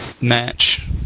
match